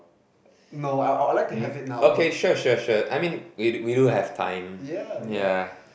um okay sure sure sure I mean we do we do have time yeah